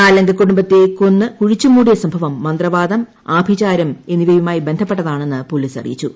നാലംഗ കുടുംബത്തെ കൊന്നു കുഴിച്ചുമൂടിയ സംഭവം മന്ത്രവാദം ആഭിചാരം എന്നിവയുമായി ബന്ധപ്പെട്ടതാണെന്ന് പൊലീസ് അറിയിച്ചു